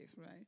right